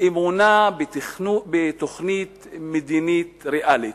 באמונה בתוכנית מדינית ריאלית.